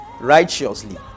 righteously